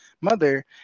mother